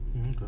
okay